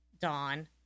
Dawn